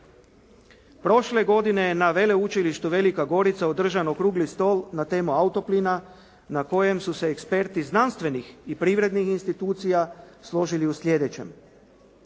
Prošle godine na Veleučilištu Velika Gorica održan je Okrugli stol na temu "Autoplin" na kojem su se eksperti znanstvenih i privrednih institucija složili u slijedećem.